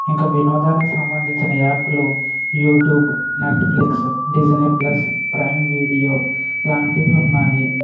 ఇంకా వినోదానికి సంబంధించిన యాప్లు YouTube Netflix Disney Plus Prime Video ఇలాంటివి ఉన్నాయి